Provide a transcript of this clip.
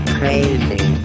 crazy